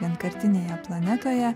vienkartinėje planetoje